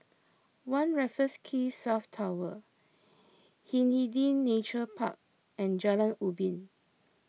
one Raffles Quay South Tower Hindhede Nature Park and Jalan Ubin